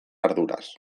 arduraz